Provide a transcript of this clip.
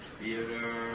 theater